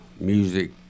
music